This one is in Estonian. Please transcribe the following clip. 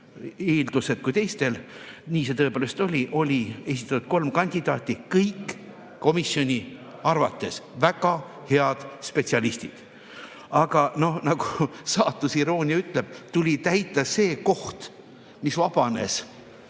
eeldused kui teistel. Nii see tõepoolest oli. Oli esitatud kolm kandidaati, kõik komisjoni arvates väga head spetsialistid. Aga nagu saatuse iroonia ütleb, tuli täita see koht, mis vabanes